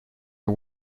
you